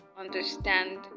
understand